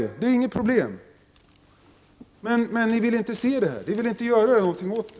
Detta är inget problem. Men ni vill inte se det. Ni vill inte göra någonting åt det.